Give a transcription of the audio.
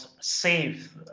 safe